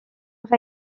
osa